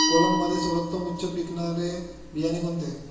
कोलममध्ये सर्वोत्तम उच्च पिकणारे बियाणे कोणते?